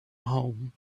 home